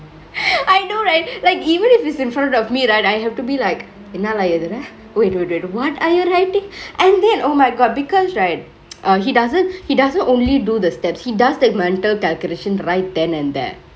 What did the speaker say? I know right like even if it's in front of me right I have to be like என்னால எழுதுரே:ennala ezhuture wait wait wait what are you writingk and then oh my god because right err he doesn't he doesn't only do the steps he does the mental calculation right then and there